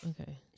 okay